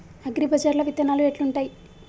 అగ్రిబజార్ల విత్తనాలు ఎట్లుంటయ్?